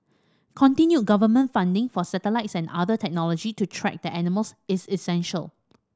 continued government funding for satellites and other technology to track the animals is essential